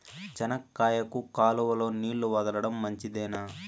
చెనక్కాయకు కాలువలో నీళ్లు వదలడం మంచిదేనా?